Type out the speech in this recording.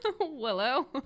willow